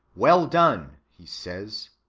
well done, he says,